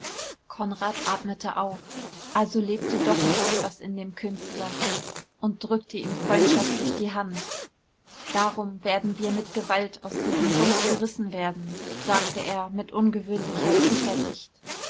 konrad atmete auf also lebte doch noch etwas in dem künstler und drückte ihm freundschaftlich die hand darum werden wir mit gewalt aus diesem sumpf gerissen werden sagte er mit ungewöhnlicher zuversicht